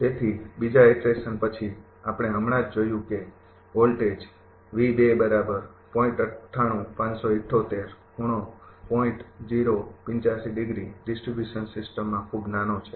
તેથી બીજા ઈટરેશન પછી આપણે હમણાં જ જોયું છે કે વોલ્ટેજ ડિસ્ટ્રીબ્યુશન સિસ્ટમમાં ખૂબ નાનો છે